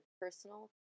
personal